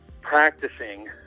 practicing